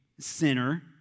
Sinner